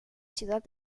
ciudad